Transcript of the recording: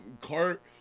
cart